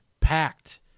packed